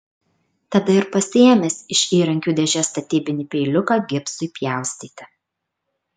tada ir pasiėmęs iš įrankių dėžės statybinį peiliuką gipsui pjaustyti